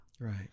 Right